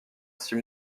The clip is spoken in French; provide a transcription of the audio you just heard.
six